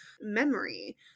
memory